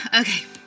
Okay